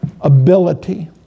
ability